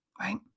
right